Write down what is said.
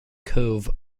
cove